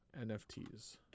NFTs